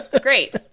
great